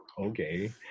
okay